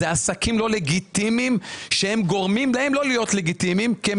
אלה עסקים לא לגיטימיים שהם גורמים להם לא להיות לגיטימיים כי הם